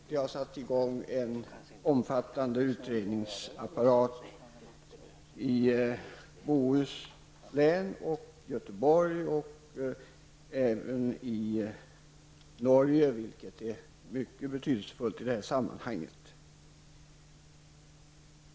Vi har satt i gång en omfattande utredningsapparat i Bohuslän, i Göteborg och även i Norge, vilket är mycket betydelsefullt i det här sammanhanget.